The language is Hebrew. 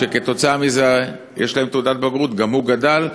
שכתוצאה מזה יש להם תעודת בגרות, גם הוא גדל?